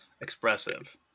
expressive